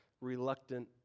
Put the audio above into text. reluctant